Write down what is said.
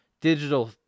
digital